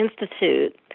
Institute